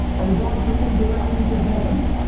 and god took him directly to heaven.